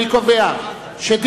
הודעת ועדת הפנים והגנת הסביבה על רצונה